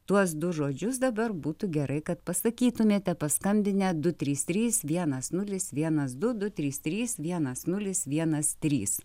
tuos du žodžius dabar būtų gerai kad pasakytumėte paskambinę du trys trys vienas nulis vienas du du trys trys vienas nulis vienas trys